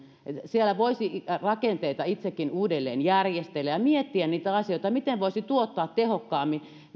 siellä voisi rakenteita itsekin uudelleen järjestellä ja miettiä niitä asioita miten voisi tuottaa tehokkaammin